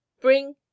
bring